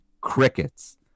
crickets